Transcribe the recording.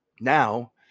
Now